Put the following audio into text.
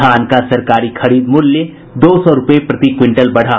धान का सरकारी खरीद मूल्य दो सौ रूपये प्रति क्विंटल बढ़ा